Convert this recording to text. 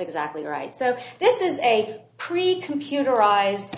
exactly right so this is a pre computerized